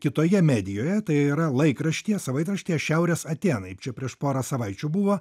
kitoje medijoje tai yra laikraštyje savaitraštyje šiaurės atėnai čia prieš porą savaičių buvo